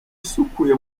isukuye